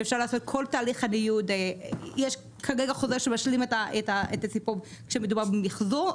יש כרגע חוזה שמשלים את הסיפור כשמדובר במחזור,